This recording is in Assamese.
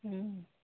ও